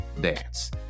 dance